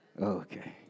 Okay